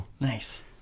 nice